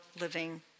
living